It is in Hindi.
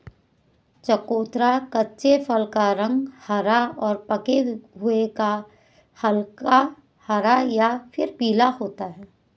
चकोतरा कच्चे फल का रंग हरा और पके हुए का हल्का हरा या फिर पीला होता है